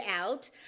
out